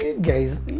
guys